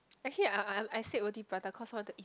actually I I'm I said Roti-Prata cause I want to eat it